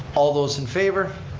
all those in favor.